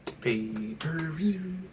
Pay-per-view